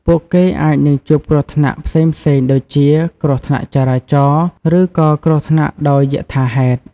ពួកគេអាចនឹងជួបគ្រោះថ្នាក់ផ្សេងៗដូចជា គ្រោះថ្នាក់ចរាចរណ៍ ឬក៏គ្រោះថ្នាក់ដោយយថាហេតុ។